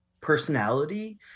personality